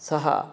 सः